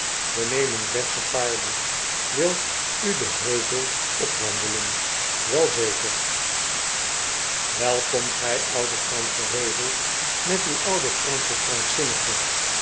we nemen versche paarden wilt u den heuvel opwandelen wel zeker welkom gij oude fransche heuvel met uw ouden franschen krankzinnige